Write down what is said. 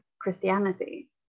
christianity